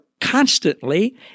constantly